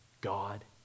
God